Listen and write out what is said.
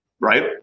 Right